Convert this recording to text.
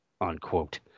Unquote